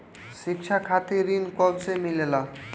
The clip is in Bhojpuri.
शिक्षा खातिर ऋण कब से मिलेला?